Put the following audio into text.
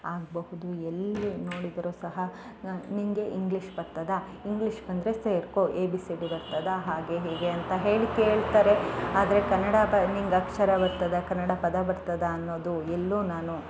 ಆಗಬಹುದು ಎಲ್ಲಿ ನೋಡಿದರು ಸಹ ನಿಂಗೆ ಇಂಗ್ಲೀಷ್ ಬತ್ತದ ಇಂಗ್ಲೀಷ್ ಅಂದರೆ ಸೇರಿಕೋ ಎ ಬಿ ಸಿ ಡಿ ಬರ್ತದ ಹಾಗೆ ಹೀಗೆ ಅಂತ ಹೇಳಿ ಕೇಳ್ತಾರೆ ಆದರೆ ಕನ್ನಡ ನಿಂಗೆ ಅಕ್ಷರ ಬರ್ತದ ಕನ್ನಡ ಪದ ಬರ್ತದ ಅನ್ನೋದು ಎಲ್ಲೂ ನಾನು